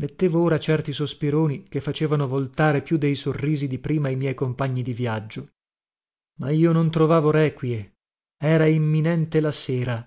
mettevo ora certi sospironi che facevano voltare più dei sorrisi di prima i miei compagni di viaggio ma io non trovavo requie era imminente la sera